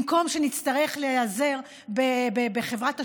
במקום שנצטרך להיעזר בחברת השומר,